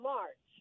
March